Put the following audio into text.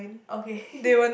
okay